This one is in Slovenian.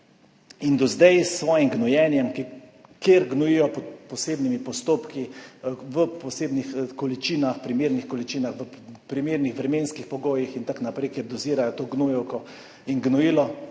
Do zdaj s svojim gnojenjem, kjer gnojijo pod posebnimi postopki, v posebnih, primernih količinah, v primernih vremenskih pogojih in tako naprej, kjer dozirajo to gnojevko in gnojilo,